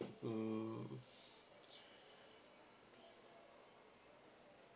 mm